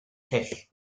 hyll